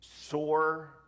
sore